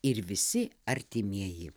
ir visi artimieji